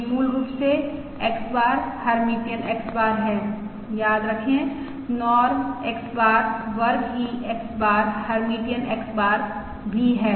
जो मूल रूप से X bar hermitian X bar है याद रखें नॉर्म X बार वर्ग ही X bar hermitian X bar भी है